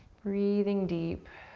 breathing deep.